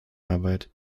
arbeit